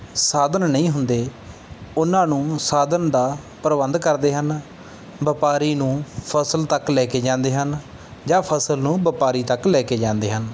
ਸਾਧਨ ਨਹੀਂ ਹੁੰਦੇ ਉਹਨਾਂ ਨੂੰ ਸਾਧਨ ਦਾ ਪ੍ਰਬੰਧ ਕਰਦੇ ਹਨ ਵਪਾਰੀ ਨੂੰ ਫਸਲ ਤੱਕ ਲੈ ਕੇ ਜਾਂਦੇ ਹਨ ਜਾਂ ਫਸਲ ਨੂੰ ਵਪਾਰੀ ਤੱਕ ਲੈ ਕੇ ਜਾਂਦੇ ਹਨ